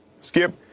Skip